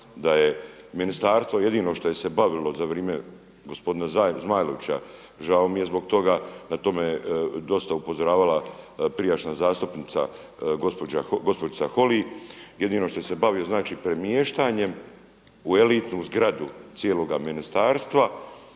da je ministarstvo jedino što je se bavilo za vrijeme gospodina Zmajlovića žao mi je zbog toga, na to me dosta upozoravala prijašnja zastupnica gospođica Holy, jedino što se bavio premještanjem u elitnu zgradu cijeloga ministarstva